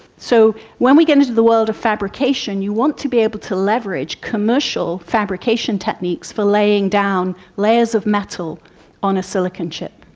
so when we get into the world of fabrication you want to be able to leverage commercial fabrication techniques for laying down layers of metal on a silicon chip.